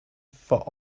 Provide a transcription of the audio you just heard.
for